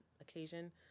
occasion